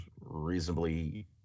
reasonably